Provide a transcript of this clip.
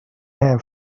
hen